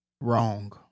Wrong